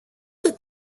that